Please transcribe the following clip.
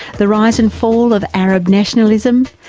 the rise and fall of arab nationalism,